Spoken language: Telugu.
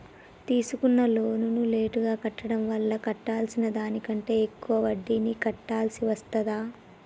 తీసుకున్న లోనును లేటుగా కట్టడం వల్ల కట్టాల్సిన దానికంటే ఎక్కువ వడ్డీని కట్టాల్సి వస్తదా?